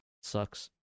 Sucks